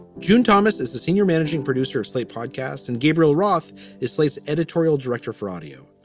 june thomas is the senior managing producer of slate podcast and gabriel roth is slate's editorial director for audio.